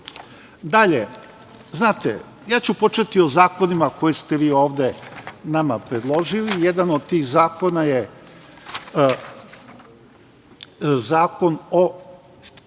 znate, ja ću početi o zakonima koje ste vi ovde nama predložili. Jedan od tih zakona je Zakon o